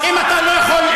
אם אתה לא יכול לקבל ביקורת,